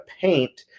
paint